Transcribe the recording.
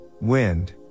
wind